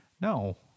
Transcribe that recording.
No